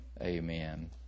Amen